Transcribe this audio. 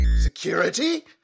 Security